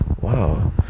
Wow